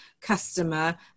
customer